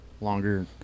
longer